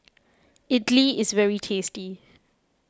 Idili is very tasty